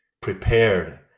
prepared